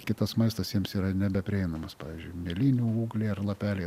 kitas maistas jiems yra nebeprieinamas pavyzdžiui mėlynių ūgliai ar lapeliai